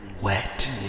Wet